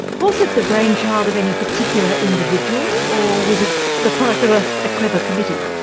was it the brainchild of any particular individual, or was it the product of a ah clever committee?